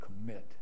commit